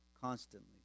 constantly